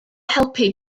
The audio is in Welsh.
helpu